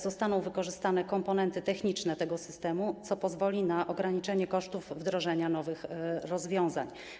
Zostaną wykorzystane komponenty techniczne tego systemu, co pozwoli na ograniczenie kosztów wdrożenia nowych rozwiązań.